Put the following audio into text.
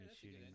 shooting